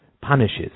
punishes